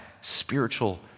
Spiritual